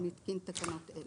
אני מתקין תקנות אלה".